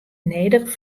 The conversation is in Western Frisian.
nedich